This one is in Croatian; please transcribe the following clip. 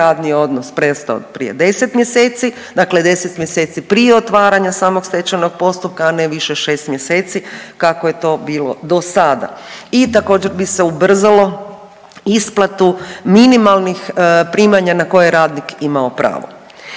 radni odnos prestao od prije 10 mjeseci, dakle 10 mjeseci prije otvaranja samog stečajnog postupka, a ne više šest mjeseci kako je to bilo do sada i također bi se ubrzalo isplatu minimalnih primanja na koje je radnik imao pravo.